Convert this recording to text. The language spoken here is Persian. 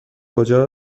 کجا